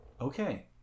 Okay